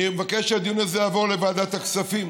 אני מבקש שהדיון הזה יעבור לוועדת הכספים.